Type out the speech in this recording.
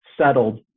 settled